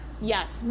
Yes